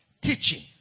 teaching